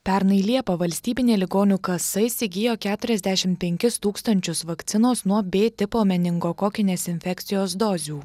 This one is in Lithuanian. pernai liepą valstybinė ligonių kasa įsigijo keturiasdešimt penkis tūkstančius vakcinos nuo b tipo meningokokinės infekcijos dozių